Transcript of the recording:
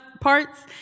parts